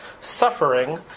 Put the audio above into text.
suffering